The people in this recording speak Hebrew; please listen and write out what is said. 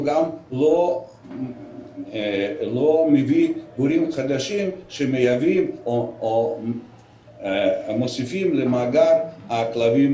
לא מביא עולים חדשים שמייבאים או מוסיפים למאגר הכלבים